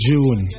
June